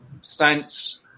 Stance